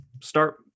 start